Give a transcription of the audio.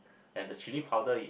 and the chilli powder you